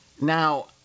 Now